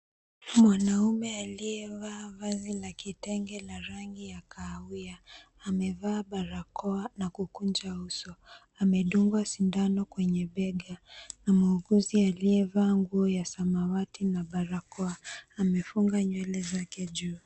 Mwanaume aliyevaa vazi la kitenge la rangi ya kahawia amevaa barakoa na kukunja uso. Amedungwa sindano kwenye bega na muuguzi aliyevaa nguo ya samawati na barakoa amefunga nywele zake juu.